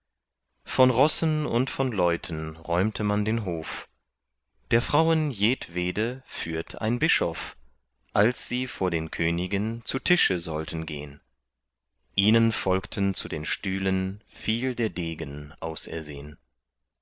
von rossen und von leuten räumte man den hof der frauen jedwede führt ein bischof als sie vor den königen zu tische sollten gehn ihnen folgten zu den stühlen viel der degen